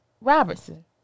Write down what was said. Robertson